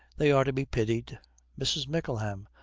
they are to be pitied mrs. mickleham.